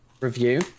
review